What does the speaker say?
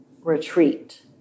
retreat